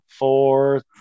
Four